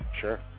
Sure